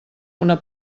una